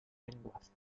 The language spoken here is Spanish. lenguas